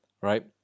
right